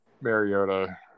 Mariota